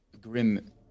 Grim